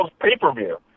pay-per-view